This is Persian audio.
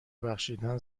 بخشیدن